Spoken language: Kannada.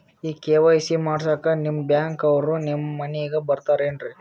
ಈ ಕೆ.ವೈ.ಸಿ ಮಾಡಸಕ್ಕ ನಿಮ ಬ್ಯಾಂಕ ಅವ್ರು ನಮ್ ಮನಿಗ ಬರತಾರೆನ್ರಿ?